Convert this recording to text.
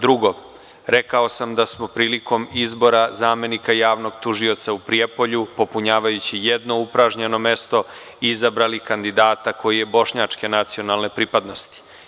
Drugo, rekao sam da smo prilikom izbora zamenika javnog tužioca u Prijepolju, popunjavajući jedno upražnjeno mesto, izabrali kandidata koji je bošnjačke nacionalne pripadnosti.